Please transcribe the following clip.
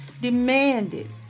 demanded